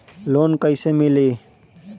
Loan कइसे मिली?